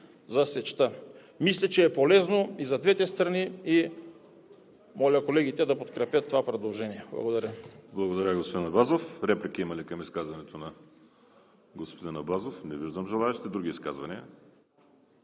за сечта. Мисля, че е полезно и за двете страни. Моля колегите да подкрепят това предложение. Благодаря.